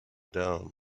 down